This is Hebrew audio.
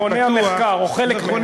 מכוני המחקר, או חלק מהם.